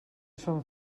son